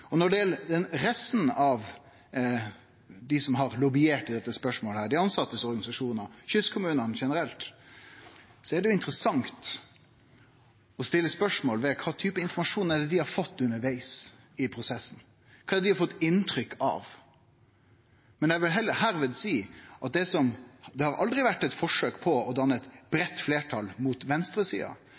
næring. Når det gjeld resten av dei som har lobbyert i dette spørsmålet – organisasjonane til dei tilsette og kystkommunane generelt – er det interessant å stille spørsmålet: Kva for informasjon har dei fått undervegs i prosessen, og kva slags inntrykk har dei fått her? Men eg vil seie at det aldri har vore eit forsøk på å danne eit breitt fleirtal mot